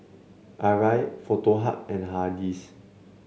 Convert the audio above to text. Arai Foto Hub and Hardy's